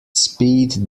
speed